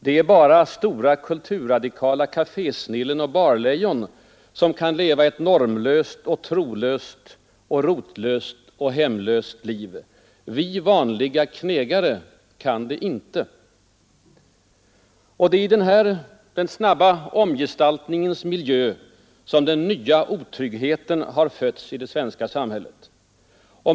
Det är bara stora kulturradikala kafésnillen och barlejon som kan leva ett normlöst och trolöst och rotlöst och hemlöst liv. Vi vanliga knegare kan det inte.” Det är i den här den snabba omgestaltningens miljö som ”den nya otryggheten” har fötts i det svenska samhället.